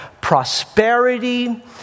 prosperity